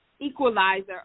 equalizer